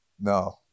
no